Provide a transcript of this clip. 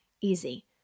easy